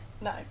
No